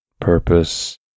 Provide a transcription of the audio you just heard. purpose